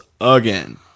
again